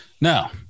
Now